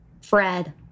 Fred